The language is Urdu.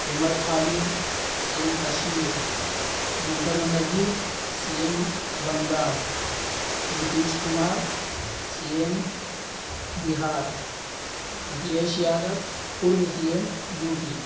عمر Khalid C M Kashmir Mamata Banerjee C M Bengal Nitish Kumar C M Bihar Akhilesh Yadav پورو سی ایم یو پی